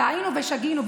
טעינו ושגינו.